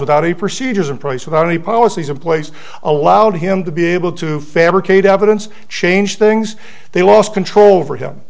without any procedures in place without any policies in place allowed him to be able to fabricate evidence change things they lost control over him